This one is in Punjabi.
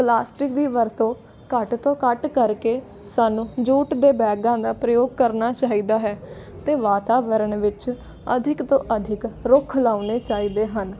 ਪਲਾਸਟਿਕ ਦੀ ਵਰਤੋਂ ਘੱਟ ਤੋਂ ਘੱਟ ਕਰਕੇ ਸਾਨੂੰ ਜੂਟ ਦੇ ਬੈਗਾਂ ਦਾ ਪ੍ਰਯੋਗ ਕਰਨਾ ਚਾਹੀਦਾ ਹੈ ਅਤੇ ਵਾਤਾਵਰਨ ਵਿੱਚ ਅਧਿਕ ਤੋਂ ਅਧਿਕ ਰੁੱਖ ਲਾਉਣੇ ਚਾਹੀਦੇ ਹਨ